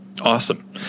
Awesome